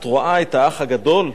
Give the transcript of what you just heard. את רואה את "האח הגדול"?